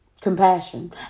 compassion